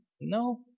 no